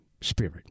spirit